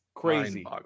crazy